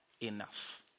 enough